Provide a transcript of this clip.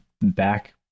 back